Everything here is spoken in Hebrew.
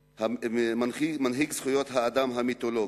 מנהיג זכויות האדם המיתולוגי,